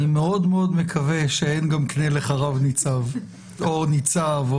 אני מאוד מאוד מקווה שאין גם קנה לך רב ניצב או ניצב.